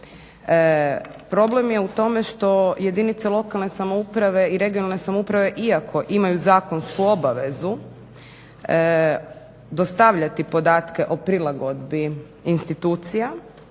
Problem je u tome što jedinice lokalne samouprave i regionalne samouprave iako imaju zakonsku obavezu dostavljati podatke o prilagodbi institucija